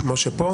משה,